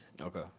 Okay